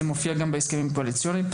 זה מופיע גם בהסכמים הקואליציוניים.